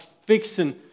fixing